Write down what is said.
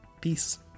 Peace